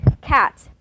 cat